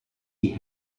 die